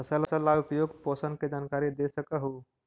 फसल ला उपयुक्त पोषण के जानकारी दे सक हु?